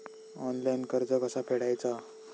Online कर्ज कसा फेडायचा?